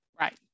Right